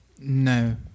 No